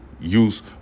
use